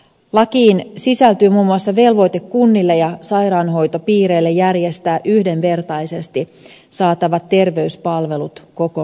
lakiin sisältyy muun muassa velvoite kunnille ja sairaanhoitopiireille järjestää yhdenvertaisesti saatavat terveyspalvelut koko maassa